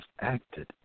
acted